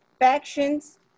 Factions